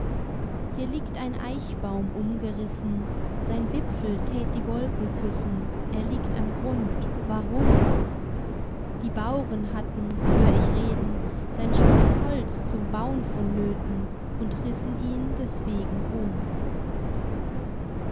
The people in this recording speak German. hier liegt ein eichbaum umgerissen sein wipfel tät die wolken küssen er liegt am grund warum die bauren hatten hör ich reden sein schönes holz zum bau'n vonnöten und rissen ihn deswegen um